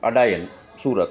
Adajan Surat